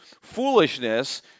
foolishness